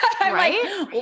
Right